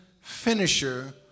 finisher